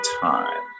time